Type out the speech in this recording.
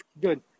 Good